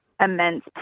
immense